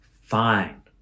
fine